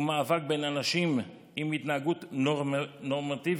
הוא מאבק בין אנשים עם התנהגות נורמטיבית